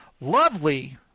Lovely